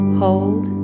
hold